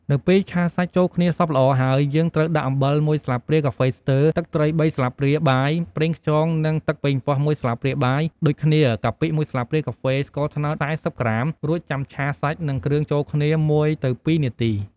នៅពេលឆាសាច់ចូលគ្នាសព្វល្អហើយ យើងត្រូវដាក់អំបិល១ស្លាបព្រាកាហ្វេស្ទើ ទឹកត្រីបីស្លាបព្រាបាយ ប្រេងខ្យង និង ទឹកប៉េងប៉ោះ ១ស្លាបព្រាបាយ ដូចគ្នា កាពិ ១ស្លាបព្រាកាហ្វេ ស្ករត្នោត ៤០ក្រាម រួចចាំឆាសាច់ និងគ្រឿងចូលគ្នា ១ទៅ ២នាទី។